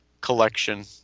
collection